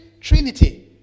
Trinity